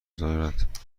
گذارد